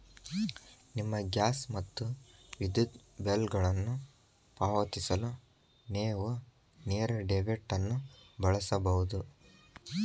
ನಿಮ್ಮ ಗ್ಯಾಸ್ ಮತ್ತು ವಿದ್ಯುತ್ ಬಿಲ್ಗಳನ್ನು ಪಾವತಿಸಲು ನೇವು ನೇರ ಡೆಬಿಟ್ ಅನ್ನು ಬಳಸಬಹುದು